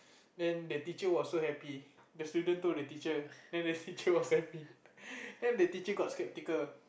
then the teacher was so happy the student told the teacher then the teacher was so happy then the teacher got skeptical